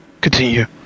Continue